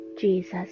Jesus